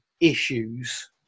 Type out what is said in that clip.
issues